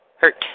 hurt